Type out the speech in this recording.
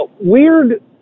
Weird